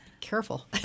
careful